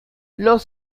los